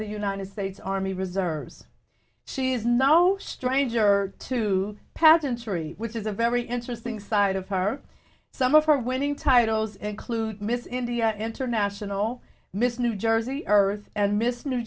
the united states army reserves she's no stranger to patton story which is a very interesting side of her some of her winning titles include miss india international miss new jersey earth and miss new